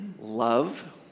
Love